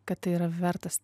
kad tai yra vertas